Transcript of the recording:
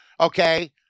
okay